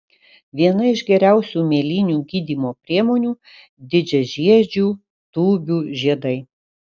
viena iš geriausių mėlynių gydymo priemonių didžiažiedžių tūbių žiedai